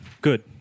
Good